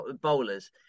bowlers